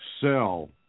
sell